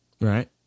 Right